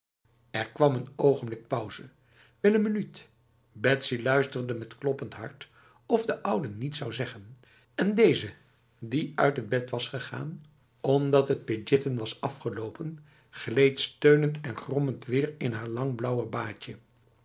er kwam een ogenblik pauze wel een minuut betsy luisterde met kloppend hart of de oude niets zou zeggen en deze die uit het bed was gegaan omdat het pidjiten was afgelopen gleed steunend en grommend weer in haar lang blauw baadje